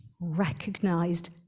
recognized